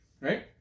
right